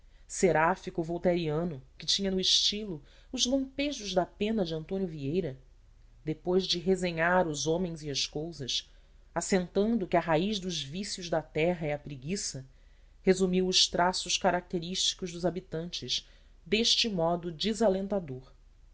s josé seráfico voltairiano que tinha no estilo os lampejos da pena de antônio vieira depois de resenhar os homens e as coisas assentando que a raiz dos vícios da terra é a preguiça resumiu os traços característicos dos habitantes deste modo desalentador